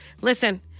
Listen